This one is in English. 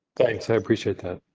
thanks i appreciate that.